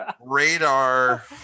Radar